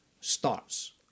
starts